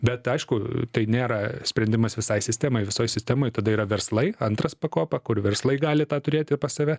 bet aišku tai nėra sprendimas visai sistemai visoj sistemoj tada yra verslai antras pakopa kur verslai gali turėti pas save